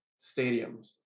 stadiums